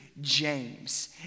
james